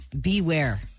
beware